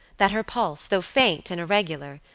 that her pulse, though faint and irregular,